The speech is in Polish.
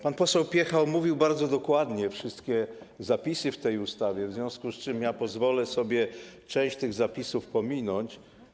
Pan poseł Piecha omówił bardzo dokładnie wszystkie zapisy w tej ustawie, w związku z czym pozwolę sobie część z tych zapisów pominąć.